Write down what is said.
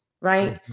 right